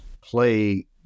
play